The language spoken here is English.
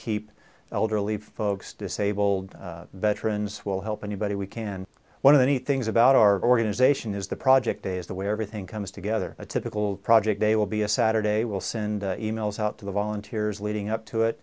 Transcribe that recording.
keep elderly folks disabled veterans will help anybody we can one of the neat things about our organization is the project is the way everything comes together a typical project they will be a saturday will send emails out to the volunteers leading up to it